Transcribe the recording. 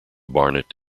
barnet